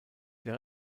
der